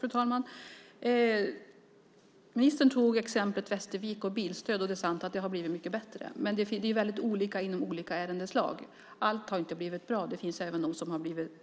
Fru talman! Ministern tog exemplet Västervik och bilstöd. Det är sant att det har blivit mycket bättre. Men det är väldigt olika inom olika ärendeslag. Allt har inte blivit bra. Det finns även det som har blivit